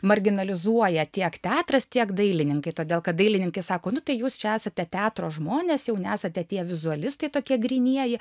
marginalizuoja tiek teatras tiek dailininkai todėl kad dailininkai sako nu tai jūs čia esate teatro žmonės jau nesate tie vizualistai tokie grynieji